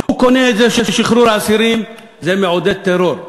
הוא קונה את זה ששחרור האסירים מעודד טרור,